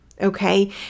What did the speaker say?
Okay